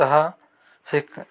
ତ ସେ